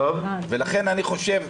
ולכן אני חושב,